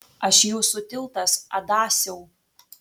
aš jūsų tiltas adasiau